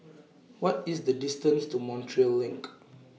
What IS The distance to Montreal LINK